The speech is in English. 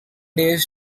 days